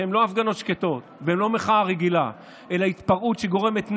שהן לא הפגנות שקטות והן לא מחאה רגילה אלא התפרעות שגורמת נזק,